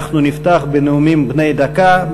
אנחנו נפתח בנאומים בני דקה.